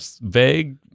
vague